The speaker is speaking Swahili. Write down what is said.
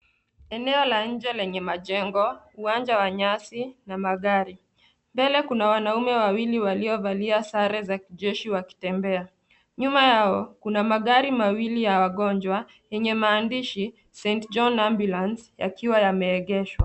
Eneo la nje lenye majengo , uwanja wa nyasi na magari. Mbele kuna wanaume wawili waliovalia sare za kijeshi wakitembea. Nyuma yao kuna magari mawili ya wagonjwa yenye maandishi Saint John Ambulance yakiwa yameegeshwa.